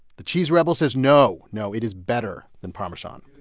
the cheese rebel says no, no, it is better than parmesan.